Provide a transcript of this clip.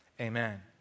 amen